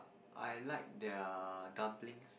I like their dumplings